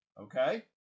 Okay